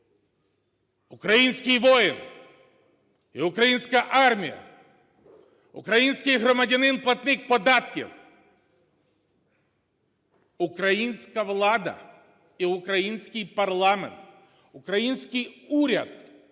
український воїн і українська армія, український громадянин-платник податків, українська влада і український парламент, український уряд